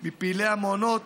של מפעילי המעונות